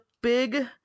big